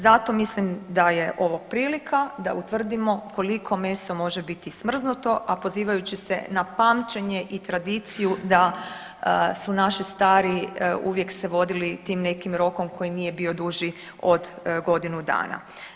Zato mislim da je ovo prilika da utvrdimo koliko meso može biti smrznuto, a pozivajući se na pamćenje i tradiciju da su naši stari uvijek se vodili tim nekim rokom koji nije bio duži od godinu dana.